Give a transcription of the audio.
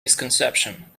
misconception